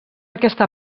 aquesta